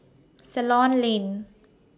Ceylon Lane